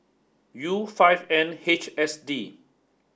U five N H S D